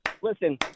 Listen